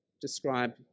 describe